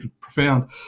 profound